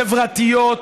חברתיות,